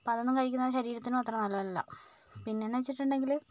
അപ്പം അതൊന്നും കഴിക്കുന്നതും ശരീരത്തിനും അത്ര നല്ലതല്ല പിന്നെ എന്ന് വെച്ചിട്ടുണ്ടെങ്കിൽ